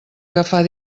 agafar